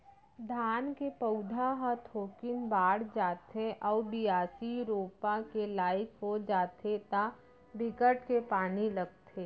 धान के पउधा ह थोकिन बाड़ जाथे अउ बियासी, रोपा के लाइक हो जाथे त बिकट के पानी लगथे